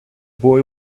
boy